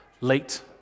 late